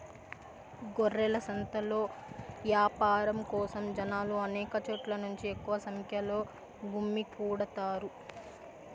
గొర్రెల సంతలో యాపారం కోసం జనాలు అనేక చోట్ల నుంచి ఎక్కువ సంఖ్యలో గుమ్మికూడతారు